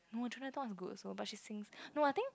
no is good also but she sings no I think